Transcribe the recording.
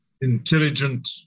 intelligent